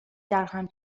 درهم